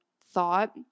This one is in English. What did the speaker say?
thought